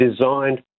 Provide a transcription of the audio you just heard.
designed